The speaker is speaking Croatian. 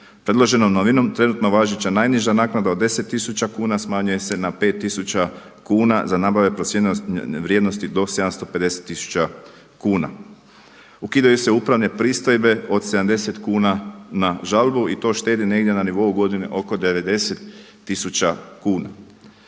Predloženom novinom trenutno važeća najniža naknada od deset tisuća kuna smanjuje se na pet tisuća kuna za nabave procijenjene vrijednosti do 750 tisuća kuna. Ukidaju se upravne pristojbe od 70 kuna na žalbu i to štedi negdje na nivou godine oko 90 tisuća kuna.